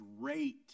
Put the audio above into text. great